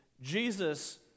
Jesus